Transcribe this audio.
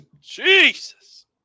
Jesus